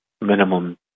minimum